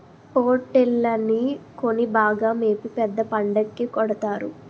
పోట్టేల్లని కొని బాగా మేపి పెద్ద పండక్కి కొడతారు